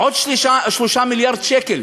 עוד 3 מיליארד שקל,